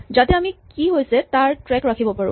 যাতে আমি কি কি হৈছে তাৰ ট্ৰেক ৰাখিব পাৰো